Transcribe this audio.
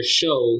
show